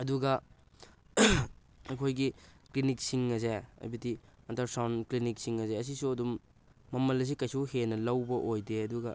ꯑꯗꯨꯒ ꯑꯩꯈꯣꯏꯒꯤ ꯀ꯭ꯂꯤꯅꯤꯛꯁꯤꯡ ꯑꯁꯦ ꯍꯥꯏꯕꯗꯤ ꯑꯜꯇ꯭ꯔꯥ ꯁꯥꯎꯟ ꯀ꯭ꯂꯤꯅꯤꯛꯁꯤꯡ ꯑꯁꯦ ꯑꯁꯤꯁꯨ ꯑꯗꯨꯝ ꯃꯃꯜ ꯑꯁꯦ ꯀꯩꯁꯨ ꯍꯦꯟꯅ ꯂꯧꯕ ꯑꯣꯏꯗꯦ ꯑꯗꯨꯒ